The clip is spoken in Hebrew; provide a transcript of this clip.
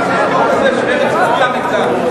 ומרצ הצביעה נגדה.